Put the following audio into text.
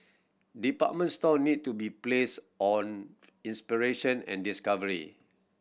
department store need to be place on inspiration and discovery